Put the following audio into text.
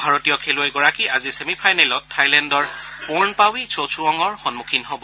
ভাৰতীয় খেলুৱৈগৰাকী আজি ছেমি ফাইনেলত থাইলেণ্ডৰ পৰ্ণপাৱি চচুৱঙৰ সন্মুখীন হব